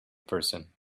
person